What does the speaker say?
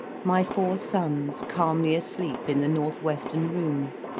my four sons calmly asleep in the north-western rooms,